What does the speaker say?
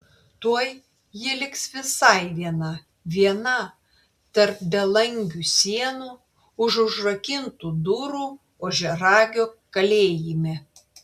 tuoj ji liks visai viena viena tarp belangių sienų už užrakintų durų ožiaragio kalėjime